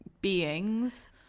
beings